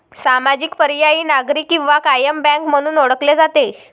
सामाजिक, पर्यायी, नागरी किंवा कायम बँक म्हणून ओळखले जाते